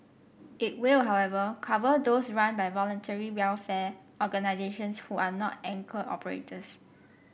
it will however cover those run by Voluntary Welfare Organisations who are not anchor operators